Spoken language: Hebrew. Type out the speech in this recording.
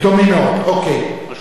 דומים מאוד, בסדר.